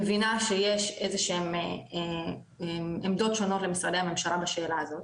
אני מבינה שיש איזה שהם עמדות שונות למשרדי הממשלה בשאלה הזאת,